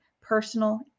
personal